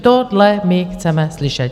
Tohle my chceme slyšet.